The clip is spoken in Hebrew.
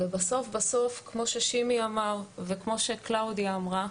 בסוף בסוף כמו ששימי אמר וכמו שקלאודיה אמרה,